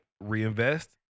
reinvest